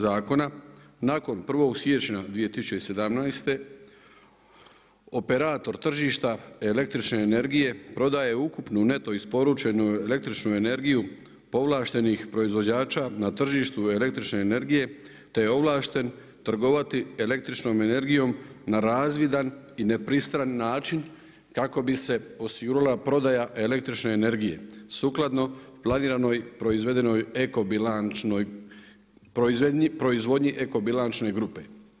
Zakona nakon 1. siječnja 2017. operator tržišta električne energije prodaje ukupnu neto isporučenu električnu energiju povlaštenih proizvođača na tržištu električne energije, te je ovlašten trgovati električnom energijom na razvidan i nepristran način kako bi se osigurala prodaja električne energije sukladno planiranoj proizvedenoj eko bilančnoj proizvodnji eko bilančne grupe.